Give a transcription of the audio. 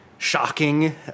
Shocking